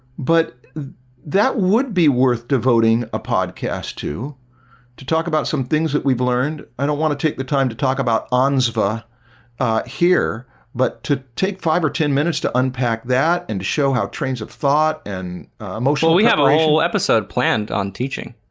but that would be worth devoting a podcast to to talk about some things that we've learned i don't want to take the time to talk about anza here but to take five or ten minutes to unpack that and show how trains of thought and emotional we have a whole episode planned on teaching.